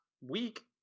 week